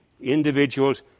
individuals